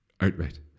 outright